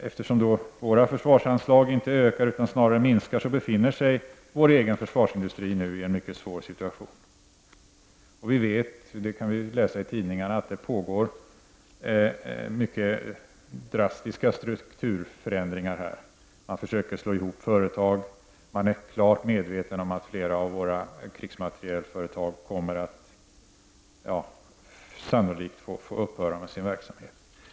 Eftersom våra försvarsanslag inte ökar -- snarare minskar ju dessa -- befinner sig vår egen försvarsindustri just nu i en mycket svår situation. Vi vet, för det kan vi ju läsa om i tidningarna, att det pågår mycket drastiska strukturförändringar här. Man försöker slå ihop företag. Man är klart medveten om att flera av våra krigsmaterielföretag sannolikt kommer att få upphöra med sin verksamhet.